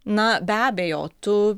na be abejo tu